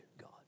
God